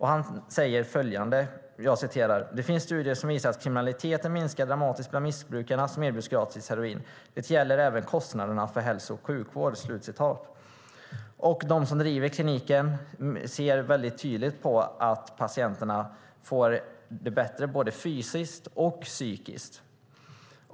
Han säger följande: "Det finns studier som visar att kriminaliteten minskar dramatiskt bland missbrukare som erbjuds gratis heroin. Det gäller även kostnaderna för hälso och sjukvård". De som driver kliniken ser väldigt tydligt att patienterna får det bättre både fysiskt och psykiskt.